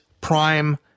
prime